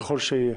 ככל שיהיה.